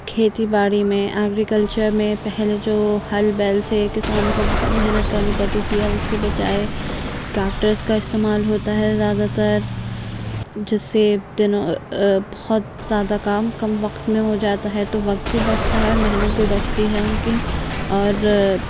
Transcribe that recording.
کھیتی باڑی میں ایگریکلچر میں پہلے جو ہل بیل سے کسانوں کو بہت محنت کرنی پڑتی تھی اب اس کے بجائے ٹریکٹر کا استعمال ہوتا ہے زیادہ تر جس سے دن بہت زیادہ کام کم وقت میں ہو جاتا ہے تو وقت بھی بچتا ہے محنت بھی بچتی ہے ان کی اور